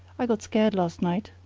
i got scared last night.